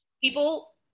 People